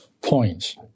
points